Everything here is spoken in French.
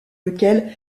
lequel